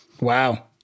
Wow